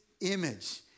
image